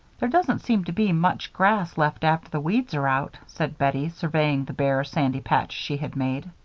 there doesn't seem to be much grass left after the weeds are out, said bettie, surveying the bare, sandy patch she had made.